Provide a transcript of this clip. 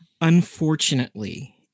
unfortunately